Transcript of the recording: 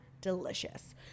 delicious